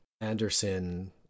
Anderson